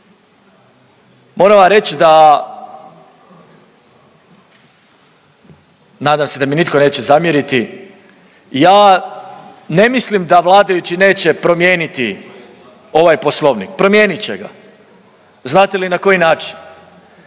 Moram vam reć da nadam se da mi nitko neće zamjeriti, ja ne mislim da vladajući neće promijeniti ovaj Poslovnik. Promijenit će ga. Znate li na koji način?